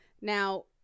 Now